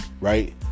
right